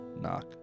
Knock